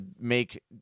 make